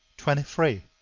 twenty three.